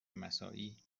مساعی